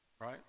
Right